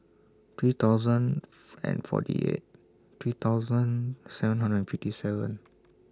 three thousand and forty eight three thousand seven hundred fifty seven